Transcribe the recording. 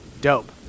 Dope